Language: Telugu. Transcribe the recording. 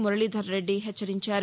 మురశీధర్రెడ్డి హెచ్చరించారు